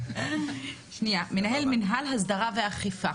מנהל מינהל הסדרה ואכיפה,